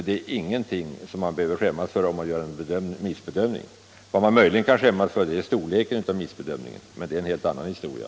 Det är ingenting att skämmas för att det skett en missbedömning. Vad man kan skämmas för är storleken av missbedömningen, men det är en helt annan historia.